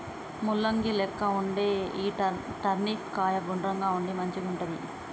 ముల్లంగి లెక్క వుండే ఈ టర్నిప్ కాయ గుండ్రంగా ఉండి మంచిగుంటది